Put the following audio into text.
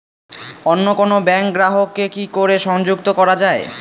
অন্য কোনো ব্যাংক গ্রাহক কে কি করে সংযুক্ত করা য়ায়?